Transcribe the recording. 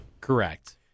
Correct